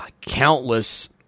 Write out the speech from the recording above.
countless